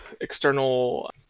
external